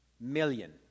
million